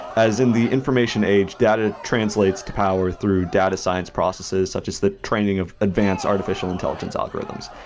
as in the information age, data translates to power through data science processes such as the training of advanced artificial intelligence algorithms.